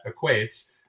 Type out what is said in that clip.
equates